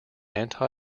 anti